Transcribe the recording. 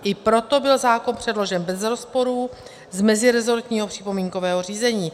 I proto byl zákon předložen bez rozporů z meziresortního připomínkového řízení.